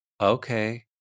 okay